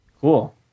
cool